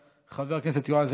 חבר הכנסת יעקב טסלר,